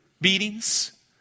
beatings